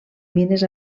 mines